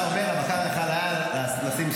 שהבקר יכול היה לשים סטופ.